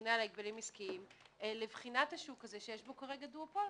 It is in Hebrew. הממונה על הגבלים עסקיים לבחינת השוק הזה שיש בו כרגע דואופול.